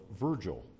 virgil